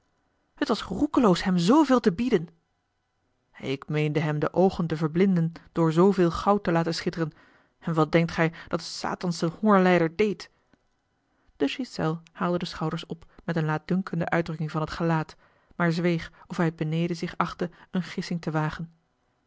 het was roekeloos hem zooveel te bieden ik meende hem de oogen te verblinden door zooveel goud te laten schitteren en wat denkt gij dat de satansche hongerlijder deed de ghiselles haalde de schouders op met eene laatdunkende uitdrukking van t gelaat maar zweeg of hij het beneden zich achtte eene gissing te wagen